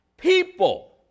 People